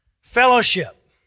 Fellowship